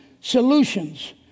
solutions